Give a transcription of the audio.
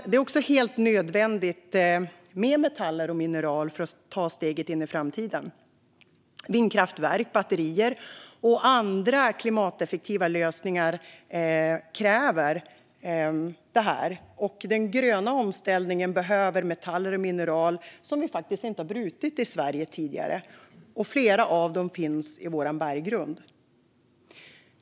Metaller och mineral är också helt nödvändiga för att ta steget in i framtiden. Vindkraftverk, batterier och andra klimateffektiva lösningar kräver detta, och för den gröna omställningen behövs metaller och mineral som vi inte har brutit i Sverige tidigare. Flera av dem finns i vår berggrund.